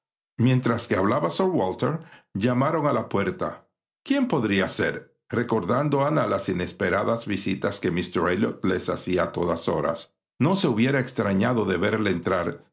mientras que hablaba sir walter llamaron a la puerta quién podría ser recordando ana las inesperadas visitas que míster elliot les hacía a todas horas no se hubiera extrañado de verle entrar